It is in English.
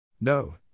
No